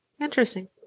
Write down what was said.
interesting